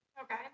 Okay